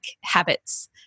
habits